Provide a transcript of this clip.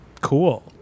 cool